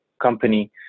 company